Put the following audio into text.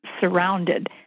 surrounded